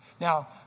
Now